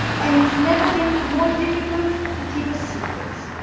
and it's never been more difficult to keep a secret.